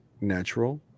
natural